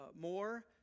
more